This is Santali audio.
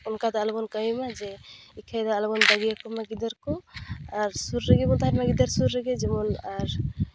ᱚᱱᱠᱟ ᱫᱚ ᱟᱞᱚᱵᱚᱱ ᱠᱟᱹᱢᱤ ᱢᱟ ᱡᱮ ᱤᱠᱷᱟᱹᱭ ᱫᱚ ᱟᱞᱚᱵᱚᱱ ᱵᱟᱹᱜᱤᱭᱟᱠᱚᱢᱟ ᱜᱤᱫᱟᱹᱨ ᱠᱚ ᱟᱨ ᱥᱩᱨ ᱨᱮᱜᱮ ᱵᱚᱱ ᱛᱟᱦᱮᱱ ᱢᱟ ᱜᱤᱫᱟᱹᱨ ᱥᱩᱨ ᱨᱮᱜᱮ ᱡᱮᱢᱚᱱ ᱟᱨ